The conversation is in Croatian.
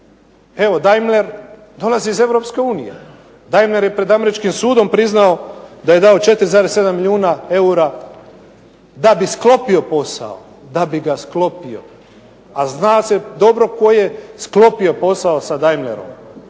Evo, Daimler dolazi iz EU, Daimler je pred američkim sudom priznao da je dao 4,7 milijuna eura da bi sklopio posao, da bi ga sklopio. A zna se dobro tko je sklopio posao sa Daimlerom.